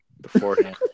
beforehand